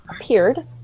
appeared